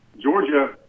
Georgia